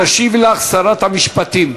תשיב לך שרת המשפטים.